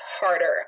harder